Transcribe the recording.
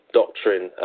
doctrine